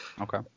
Okay